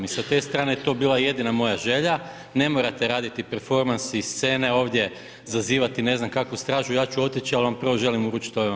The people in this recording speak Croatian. I sa te strane je to bila jedina moja želja, ne morate raditi performans i scene ovdje, zazivati ne znam kakvu stražu, ja ću otići, ali vam prvo želim uručiti ove amandmane.